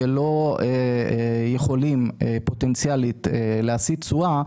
ולא יכולים פוטנציאלית להשיא תשואה,